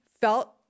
felt